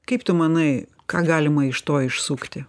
kaip tu manai ką galima iš to išsukti